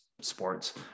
sports